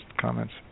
comments